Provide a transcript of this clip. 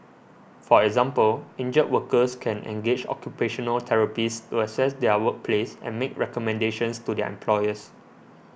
for example injured workers can engage occupational therapists to assess their workplace and make recommendations to their employers